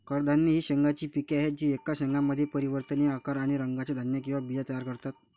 कडधान्ये ही शेंगांची पिके आहेत जी एकाच शेंगामध्ये परिवर्तनीय आकार आणि रंगाचे धान्य किंवा बिया तयार करतात